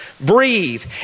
Breathe